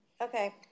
okay